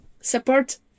support